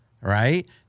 right